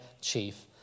chief